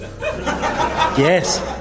Yes